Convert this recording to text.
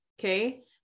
okay